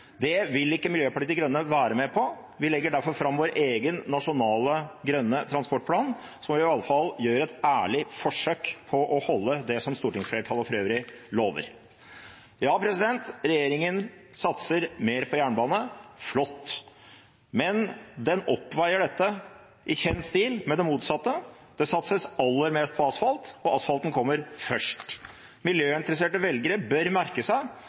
Det vil ikke Miljøpartiet De Grønne være med på. Vi legger derfor fram vår egen nasjonale, grønne transportplan, slik at vi iallfall gjør et ærlig forsøk på å holde det som stortingsflertallet for øvrig lover. Regjeringen satser mer på jernbane – flott – men den oppveier dette i kjent stil, med det motsatte: Det satses aller mest på asfalt, og asfalten kommer først. Miljøinteresserte velgere bør merke seg